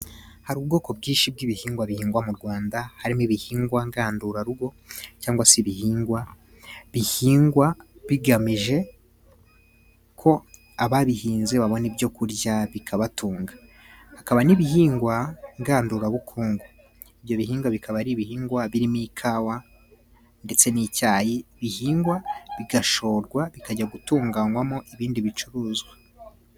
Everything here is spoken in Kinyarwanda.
Hari ubwoko bwinshi bw'ibihingwa bihingwa mu Rwanda, harimo ibihingwa ngandurarugo, cyangwa se ibihingwa bihingwa bigamije ko ababihinze babona ibyo kurya bikabatunga. Hakaba n'ibihingwa ngandurabukungu, ibyo bihingwa bikaba ari ibihingwa birimo ikawa ndetse n'icyayi, bihingwa bigashorwa bikajya gutunganywamo ibindi bicuruzwa.